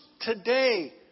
today